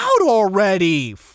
already